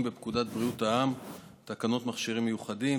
בפקודת בריאות העם (תקנות מכשירים מיוחדים).